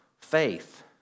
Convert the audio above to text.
faith